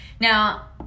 Now